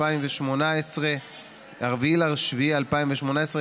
4 ביולי 2018,